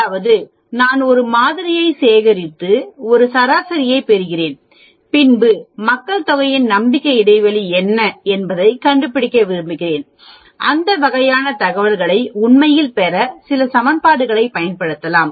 அதாவது நான் ஒரு மாதிரியைச் சேகரித்து ஒரு சராசரியைப் பெறுகிறேன் பின்பு மக்கள்தொகையின் நம்பிக்கை இடைவெளி என்ன என்பதைக் கண்டுபிடிக்க விரும்புகிறேன் அந்த வகையான தகவல்களை உண்மையில் பெற சில சமன்பாடுகளைப் பயன்படுத்தலாம்